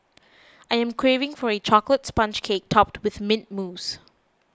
I am craving for a Chocolate Sponge Cake Topped with Mint Mousse